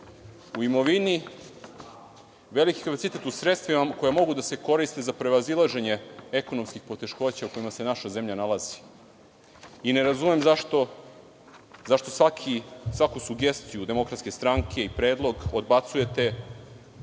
u imovini, veliki kapacitet u sredstvima koja mogu da se koriste za prevazilaženje ekonomskih poteškoća u kojima se naša zemlja nalazi i ne razumem zašto svaku sugestiju DS i predlog odbacujete